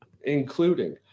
including